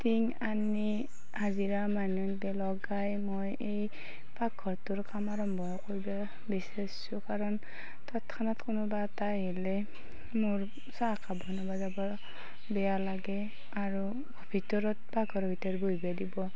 টিঙ আনি হাজিৰা মানুহ দি লগাই মই এই পাকঘৰটোৰ কাম আৰম্ভ কৰিব বিচৰিছোঁ কাৰণ তৎক্ষণাৎ কোনোবা এটা আহিলে মোৰ চাহ খাব বনাব যাব বেয়া লাগে আৰু ভিতৰত পাকঘৰৰ ভিতৰত বহিব দিব